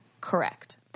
correct